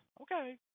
Okay